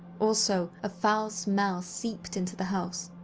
also, a foul smell seeped into the house,